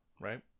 right